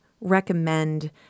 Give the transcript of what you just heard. recommend